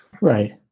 Right